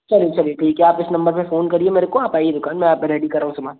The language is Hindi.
चलिए चलिए ठीक है आप इस नंबर पर फ़ोन करिए मेरे को आप आइए दुकान में आप रेडी कर रहा हूँ सामान